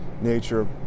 nature